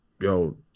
Yo